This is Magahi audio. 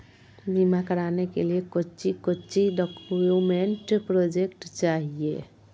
बीमा कराने के लिए कोच्चि कोच्चि डॉक्यूमेंट प्रोजेक्ट चाहिए?